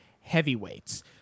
Heavyweights